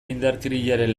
indarkeriaren